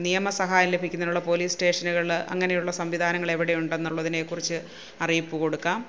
നിയമ സഹായം ലഭിക്കുന്നതിനുള്ള പോലീസ് സ്റ്റേഷനുകളില് അങ്ങനെയുള്ള സംവിധാനങ്ങള് എവിടെയുണ്ടെന്നുള്ളതിനെ കുറിച്ച് അറിയിപ്പ് കൊടുക്കാം